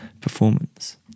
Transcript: performance